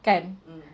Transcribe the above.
can't